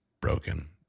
broken